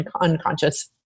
unconscious